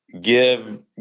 give